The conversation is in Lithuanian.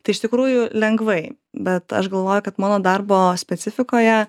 tai iš tikrųjų lengvai bet aš galvoju kad mano darbo specifikoje